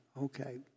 Okay